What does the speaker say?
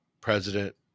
President